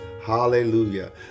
hallelujah